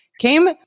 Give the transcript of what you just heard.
Came